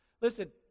Listen